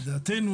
לדעתנו,